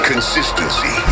Consistency